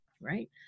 Right